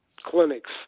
Clinics